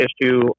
issue